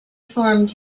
formed